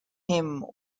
hymn